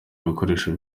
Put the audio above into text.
bikoresho